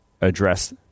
address